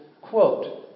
quote